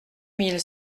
mille